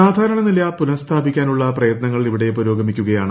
സാധാരണനില പുനസ്ഥാപിക്കാന്നുള്ള് പ്രയത്നങ്ങൾ ഇവിടെ പുരോഗമിക്കുകയാണ്